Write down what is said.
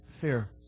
fear